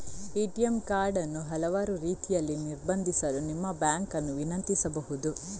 ATM card ಅನ್ನು ಹಲವಾರು ರೀತಿಯಲ್ಲಿ ನಿರ್ಬಂಧಿಸಲು ನಿಮ್ಮ ಬ್ಯಾಂಕ್ ಅನ್ನು ವಿನಂತಿಸಬಹುದು